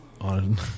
on